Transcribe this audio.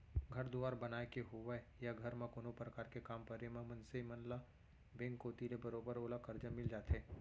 घर दुवार बनाय के होवय या घर म कोनो परकार के काम परे म मनसे मन ल बेंक कोती ले बरोबर ओला करजा मिल जाथे